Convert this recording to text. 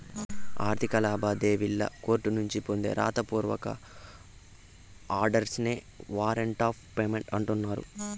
ఆర్థిక లావాదేవీల్లి కోర్టునుంచి పొందే రాత పూర్వక ఆర్డర్స్ నే వారంట్ ఆఫ్ పేమెంట్ అంటన్నారు